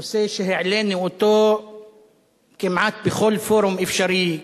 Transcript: נושא שהעלינו אותו כמעט בכל פורום אפשרי,